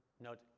note